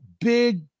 big